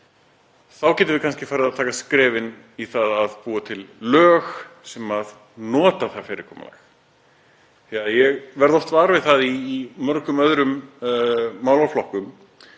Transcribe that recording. þá getum við kannski farið að taka skrefin í að búa til lög sem nota það fyrirkomulag. Ég verð oft var við það í mörgum öðrum málaflokkum,